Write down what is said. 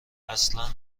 اصلا